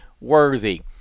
worthy